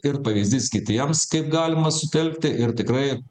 ir pavyzdys kitiems kaip galima sutelkti ir tikrai